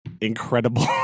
incredible